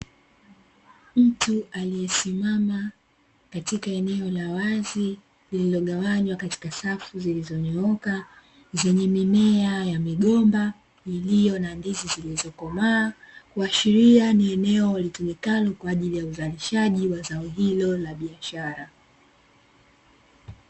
Mtu aliesimama katika eneo la wazi lililogawanywa katika safu zilizonyooka, zenye mimea ya migomba iliyo na ndizi zilizokomaa. Kuashiria ni eneo litumikalo kwaajili ya uzalishaji wa zao hilo la biashara.